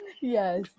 Yes